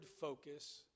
focus